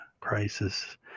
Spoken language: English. crisis